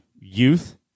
youth